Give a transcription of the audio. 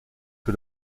que